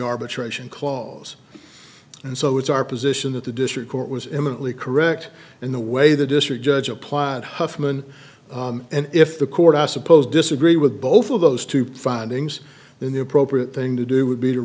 arbitration clause and so it's our position that the district court was imminently correct in the way the district judge applied huffman and if the court i suppose disagree with both of those two findings then the appropriate thing to do would be to